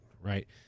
right